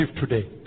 today